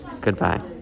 Goodbye